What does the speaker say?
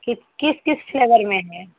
किस किस किस फ्लेवर में है